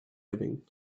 living